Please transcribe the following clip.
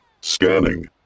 Scanning